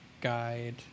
guide